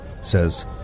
says